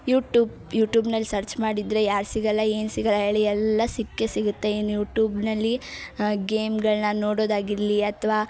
YouTube ಯೂಟೂಬ್ನಲ್ಲಿ search ಮಾಡಿದರೆ ಯಾರು ಸಿಗಲ್ಲ ಏನು ಸಿಗಲ್ಲ ಹೇಳಿ ಎಲ್ಲ ಸಿಕ್ಕೇ ಸಿಗುತ್ತೆ ಇನ್ನು ಯೂಟೂಬ್ನಲ್ಲಿ ಗೇಮ್ಗಳನ್ನ ನೋಡೋದಾಗಿರಲಿ ಅಥವಾ